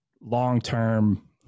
long-term